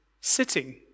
sitting